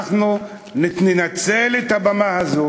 אנחנו ננצל את הבמה הזאת,